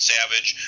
Savage